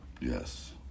Yes